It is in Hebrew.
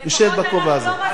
אתה יושב בכובע הזה.